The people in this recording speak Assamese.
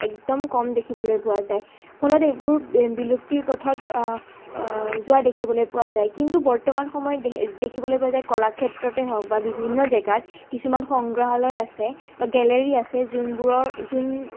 একদম কম দেখিবলৈ পোৱা যায় ফলত এইবোৰ বিলুপ্তিৰ পথত যোৱা দেখিবলৈ পোৱা যায় কিন্তু বৰ্তমান সময়ত দে দেখিবলৈ পোৱা যায় কলাক্ষেত্ৰতে হওক বা বিভিন্ন জেগাত কিছুমান সংগ্ৰহালয় আছে বা গেলেৰি আছে যোনবোৰৰ যোন